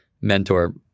mentor